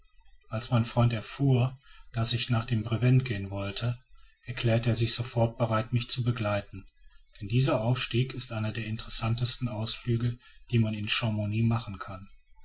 als mein freund erfuhr daß ich nach dem brevent gehen wollte erklärte er sich sofort bereit mich zu begleiten denn dieser aufstieg ist einer der interessantesten ausflüge die man in chamouni machen kann